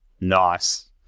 nice